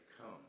come